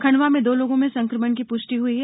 खंडवा में दो लोगों में संकमण की पुष्टि हुई है